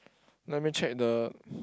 let me check the